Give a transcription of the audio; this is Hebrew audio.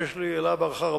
יש לי אליו הערכה רבה,